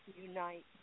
unite